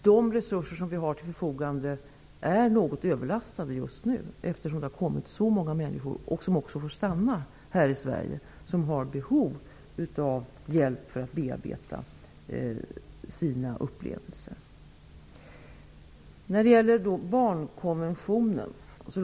De resurser som finns till förfogande är just nu något överbelastade, eftersom det har kommit så många människor som har behov av hjälp för att bearbeta sina upplevelser, som också får stanna här i Sverige.